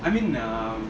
I mean now